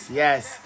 yes